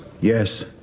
Yes